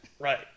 Right